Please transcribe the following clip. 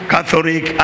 Catholic